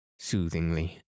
soothingly